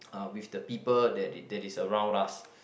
uh with the people that that is around us